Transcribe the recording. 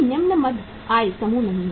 कोई निम्न मध्य आय समूह नहीं